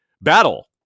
battle